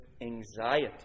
anxiety